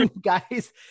guys